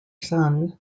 sun